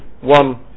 one